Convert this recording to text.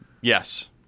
Yes